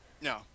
No